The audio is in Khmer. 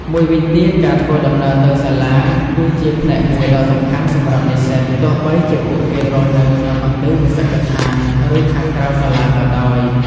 មួយវិញទៀត ការធ្វើដំណើរទៅសាលា គឺជាផ្នែកមួយដ៏សំខាន់សម្រាប់និស្សិត ទោះបីជាពួកគេរស់នៅក្នុងអន្តេវាសិកដ្ឋាន ឬខាងក្រៅសាលាក៏ដោយ។